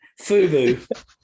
Fubu